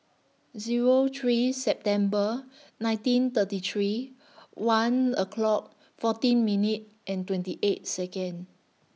Zero three September nineteen thirty three one o'clock fourteen minute and twenty eight Second